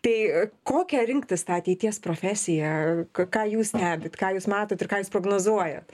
tai kokią rinktis tą ateities profesiją ką jūs stebit ką jūs matot ir ką jūs prognozuojat